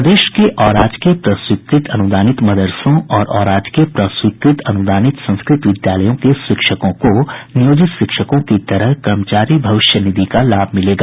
प्रदेश के अराजकीय प्रस्वीकृत अनुदानित मदरसों और अराजकीय प्रस्वीकृत अनुदानित संस्कृत विद्यालयों के शिक्षकों को नियोजित शिक्षकों की तरह कर्मचारी भविष्य निधि का लाभ मिलेगा